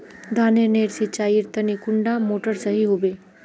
धानेर नेर सिंचाईर तने कुंडा मोटर सही होबे?